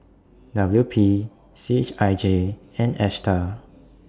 W P C H I J and ASTAR